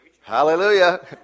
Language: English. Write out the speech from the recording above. Hallelujah